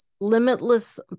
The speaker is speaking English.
limitless